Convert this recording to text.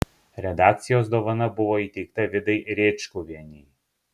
redakcijos dovana buvo įteikta vidai rėčkuvienei